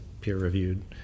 peer-reviewed